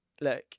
Look